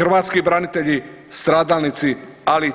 Hrvatski branitelji, stradalnici ali i